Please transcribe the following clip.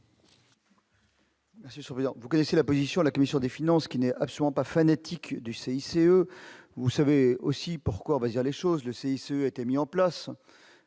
vous connaissez la position de la commission des finances, qui n'est absolument pas fanatique du CICE vous savez aussi pourquoi on va dire les choses, le CIC a été mis en place